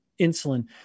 insulin